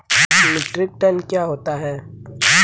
Metric ton क्या होता है?